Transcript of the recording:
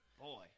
Boy